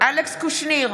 אלכס קושניר,